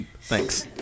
Thanks